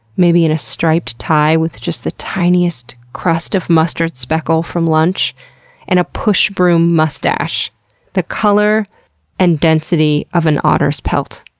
maybe in a striped tie with just the tiniest crust of mustard speckle from lunch and a push-broom mustache the color and density of an otter's pelt.